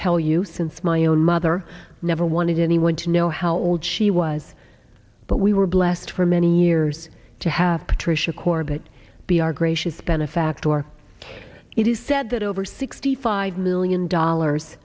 tell you things my own mother never wanted anyone to know how old she was but we were blessed for many years to have patricia corbett be our gracious benefactor our it is said that over sixty five million dollars